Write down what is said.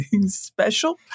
special